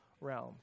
realm